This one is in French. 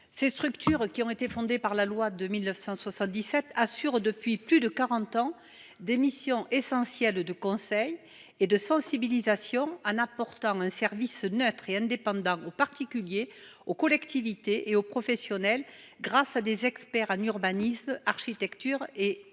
Ces structures, qui ont été créées par la loi du 3 janvier 1977 sur l’architecture, exercent depuis plus de quarante ans des missions essentielles de conseil et de sensibilisation, apportant un service neutre et indépendant aux particuliers, aux collectivités et aux professionnels, grâce à des experts en urbanisme, architecture et paysage.